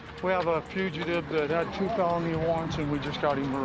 we have a fugitive that had two felony warrants and we just got him